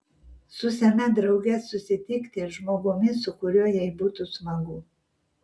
su sena drauge susitikti žmogumi su kuriuo jai būtų smagu